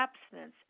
abstinence